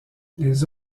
les